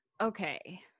okay